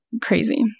crazy